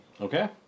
Okay